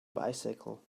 bicycle